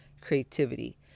creativity